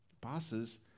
Bosses